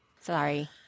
Sorry